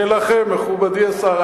זה מאז, שלכם, מכובדי השר.